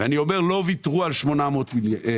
ואני אומר: לא ויתרו על 800 מיליון.